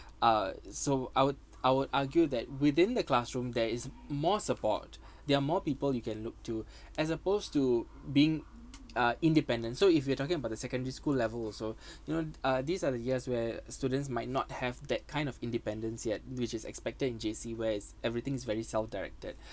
uh so I would I would argue that within the classroom there is more support there are more people you can look to as opposed to being uh independent so if you are talking about the secondary school level also you know uh these are the years where students might not have that kind of independence yet which is expected in J_C where's everything is very self directed